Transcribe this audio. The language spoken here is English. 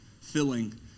filling